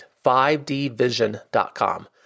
5dvision.com